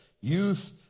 Youth